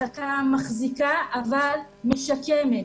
הרחקה מחזיקה, אבל משקמת.